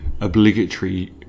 obligatory